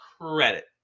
credit